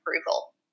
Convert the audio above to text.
approval